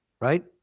right